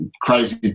crazy